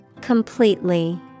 Completely